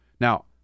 now